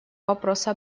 вопроса